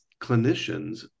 clinicians